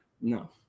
No